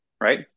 right